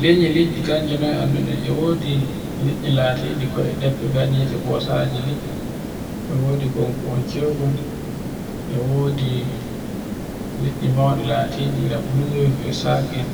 Lanye liɗɗi kanji noye annduɗen. E wodi liɗɗi latiɗi ko'e ɗeffe kanjite bosaji liɗɗi e wodi konkohon ceukol, e wodi liɗɗi mauɗi latiɗi ira buelwib e sakin